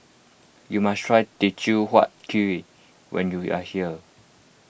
you must try Teochew Huat Kuih when you are here